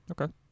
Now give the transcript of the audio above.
Okay